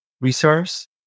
resource